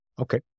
okay